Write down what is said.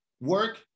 work